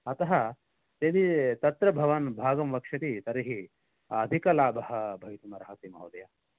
अतः यदि तत्र भवान् भागं वक्षति तर्हि अधिकलाभः भवितुमर्हति महोदय